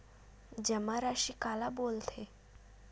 जमा राशि काला बोलथे?